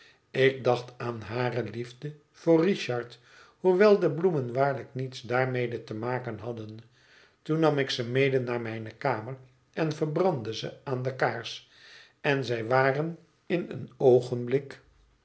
ik dacht aan hare liefde voor richard hoewel de bloemen waarlijk niets daarmede te maken hadden toen nam ik ze mede naar mijne kamer en verbrandde ze aan de kaars en zij waren in een oogenblik